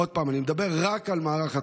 ועוד פעם, אני מדבר רק על מערך התחבורה,